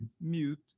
mute